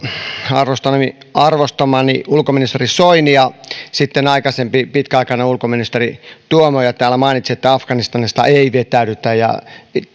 arvostamani arvostamani ulkoministeri soini ja sitten aikaisempi pitkäaikainen ulkoministeri tuomioja täällä mainitsivat että afganistanista ei ei vetäydytä ja